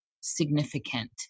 significant